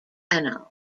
annals